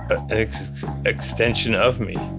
an extension of me.